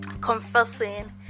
confessing